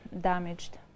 damaged